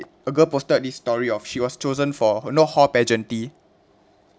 a girl posted this story of she was chosen for nor hall pageantry